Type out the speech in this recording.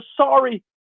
sorry